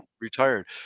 retired